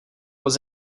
was